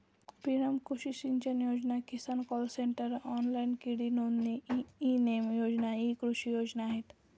PM कृषी सिंचन योजना, किसान कॉल सेंटर, ऑनलाइन कीट नोंदणी, ई नेम योजना इ कृषी योजना आहेत